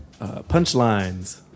Punchlines